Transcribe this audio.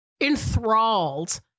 enthralled